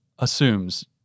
assumes